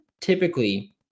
typically